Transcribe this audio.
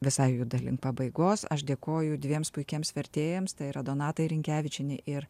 visai juda link pabaigos aš dėkoju dviems puikiems vertėjams tai yra donatai rinkevičienei ir